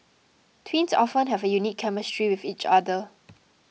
twins often have a unique chemistry with each other